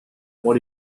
what